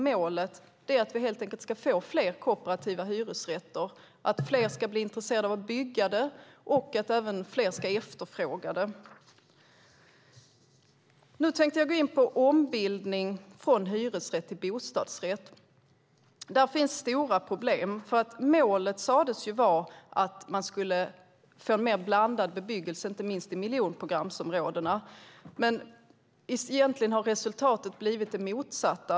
Målet är att vi helt enkelt ska få fler kooperativa hyresrätter - att fler ska bli intresserade av att bygga dem och att fler ska efterfråga dem. Nu tänker jag gå in på ombildning från hyresrätt till bostadsrätt. Det finns stora problem när det gäller detta. Målet sades vara att man skulle få en mer blandad bebyggelse, inte minst i miljonprogramsområdena, men egentligen har resultatet blivit det motsatta.